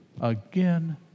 Again